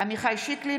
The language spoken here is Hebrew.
עמיחי שיקלי,